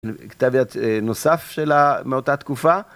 ‫כתב יד נוסף מאותה תקופה.